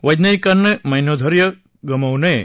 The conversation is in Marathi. वैज्ञानिकांनी मनोधैर्य गमावू नये